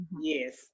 Yes